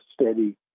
steady